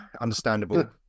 Understandable